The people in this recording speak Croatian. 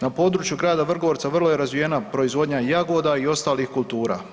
Na području grada Vrgorca vrlo je razvijena proizvodnja jagoda i ostalih kultura.